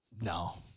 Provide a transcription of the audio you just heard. No